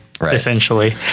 essentially